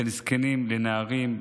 בין זקנים לנערים,